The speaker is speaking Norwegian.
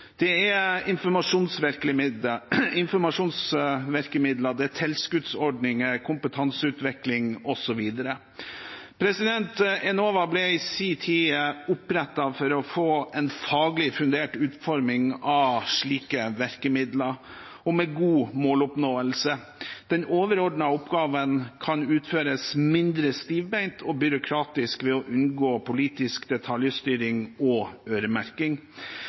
Det er informasjonsvirkemidler, det er tilskuddsordninger, det er kompetanseutvikling, osv. Enova ble i sin tid opprettet for å få en faglig fundert utforming av slike virkemidler og med god måloppnåelse. Den overordnede oppgaven kan utføres mindre stivbeint og byråkratisk ved å unngå politisk detaljstyring og øremerking.